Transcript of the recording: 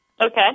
Okay